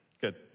Good